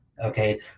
okay